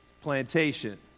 plantation